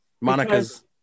Monica's